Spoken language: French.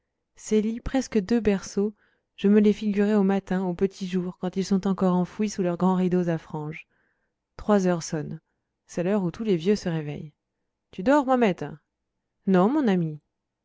lits presque deux berceaux je me les figurais le matin au petit jour quand ils sont encore enfouis sous leurs grands rideaux à franges trois heures sonnent c'est l'heure où tous les vieux se réveillent tu dors mamette non mon ami